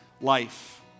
life